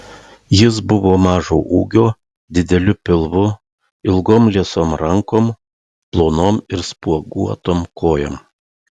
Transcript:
jis buvo mažo ūgio dideliu pilvu ilgom liesom rankom plonom ir spuoguotom kojom